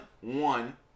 one